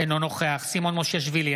אינו נוכח סימון מושיאשוילי,